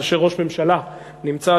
שכאשר ראש הממשלה נמצא,